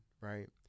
right